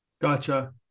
Gotcha